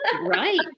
Right